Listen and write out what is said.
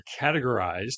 categorized